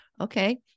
okay